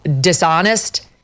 dishonest